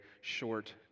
short